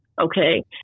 okay